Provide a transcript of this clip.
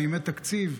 בימי תקציב,